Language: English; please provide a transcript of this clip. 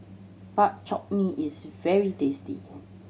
Bak Chor Mee is very tasty